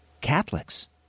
Catholics